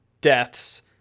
deaths